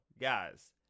guys